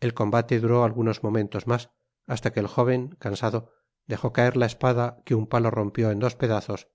el combate duró algunos momentos mas hasta que el jóven cansado dejó caer la espada que un palo rompió en dos pedazos